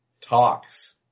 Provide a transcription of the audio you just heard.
talks